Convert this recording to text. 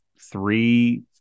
three